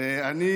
ואני